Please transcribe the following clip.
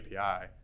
API